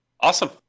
awesome